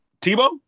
Tebow